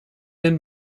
and